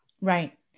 right